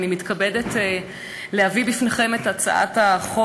אני מתכבדת להביא בפניכם את הצעת חוק